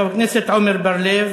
חבר הכנסת עמר בר-לב,